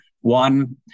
One